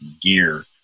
gear